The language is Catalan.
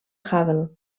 hubble